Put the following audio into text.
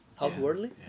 outwardly